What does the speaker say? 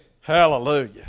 Hallelujah